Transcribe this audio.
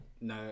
No